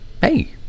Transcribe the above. hey